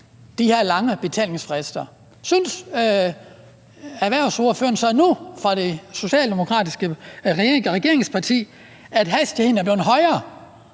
de her lange betalingsfrister. Synes erhvervsordføreren fra det socialdemokratiske regeringsparti så nu, at hastigheden er blevet højere,